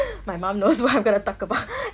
my mum knows what I'm gonna talk about